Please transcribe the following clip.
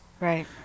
Right